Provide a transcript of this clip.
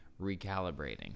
recalibrating